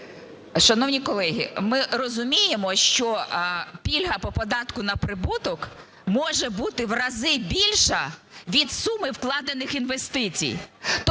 Шановні колеги, ми розуміємо, що пільга по податку на прибуток може бути в рази більша від суми вкладених інвестицій.